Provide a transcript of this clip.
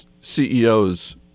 CEOs